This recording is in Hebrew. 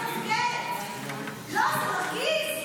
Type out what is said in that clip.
התערבות יתר בשוק מייצרת עיוותים ולא פותרת בעיה.